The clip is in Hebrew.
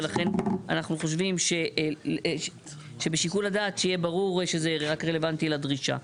ולכן אנחנו חושבים שבשיקול הדעת צריך שיהיה ברור שזה רלוונטי לדרישה.